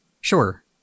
Sure